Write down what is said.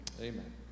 Amen